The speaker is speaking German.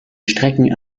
strecken